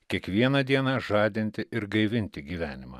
kiekvieną dieną žadinti ir gaivinti gyvenimą